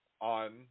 on